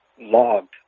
logged